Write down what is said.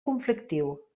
conflictiu